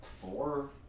Four